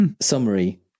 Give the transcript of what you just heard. summary